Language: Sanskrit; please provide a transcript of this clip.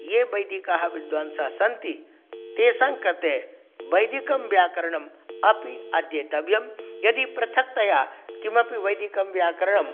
ये वैदिकाः विद्वांसः सन्ति तेषाङ्कृते वैदिकं व्याकरणम् अपि अध्येतव्यं यदि पृथक्तया किमपि वैदिकं व्याकरणं